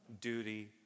duty